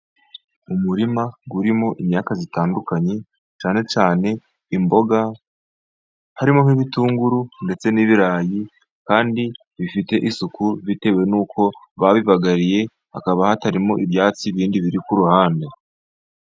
Umurima urimo imyaka itandukanye, cyane cyane imboga, harimo nk'ibitunguru ndetse n'ibirayi, kandi bifite isuku bitewe n’uko babibagariye, hakaba hatarimo ibyatsi bindi biri ku ruhande.